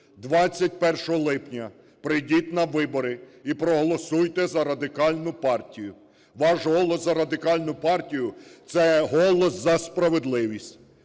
21 липня прийдіть на вибори і проголосуйте за Радикальну партію. Ваш голос за Радикальну партію – це голос за справедливість,